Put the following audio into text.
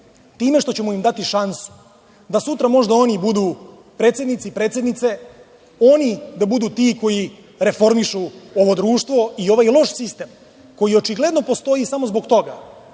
time što ćemo im dati šansu da sutra možda oni budu predsednici, predsednice, oni da budu ti koji reformišu ovo društvo i ovaj loš sistem, koji očigledno postoji samo zbog toga